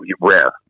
rare